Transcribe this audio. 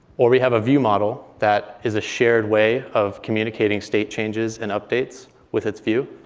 or we have a view model that is a shared way of communicating state changes and updates with its view.